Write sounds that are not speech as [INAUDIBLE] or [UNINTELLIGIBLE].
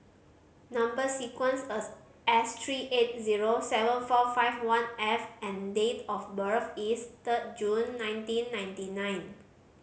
number sequence [UNINTELLIGIBLE] S three eight zero seven four five one F and date of birth is third June nineteen ninety nine